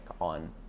on